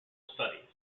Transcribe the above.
studies